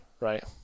right